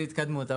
זו התקדמות.